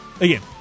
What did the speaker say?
Again